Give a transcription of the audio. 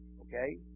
Okay